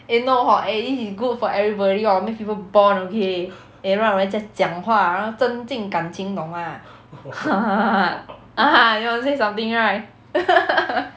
eh no hor eh this is good for everybody hor makes people bond okay eh 让人家讲话然后增进感情懂吗 ah you want to say something right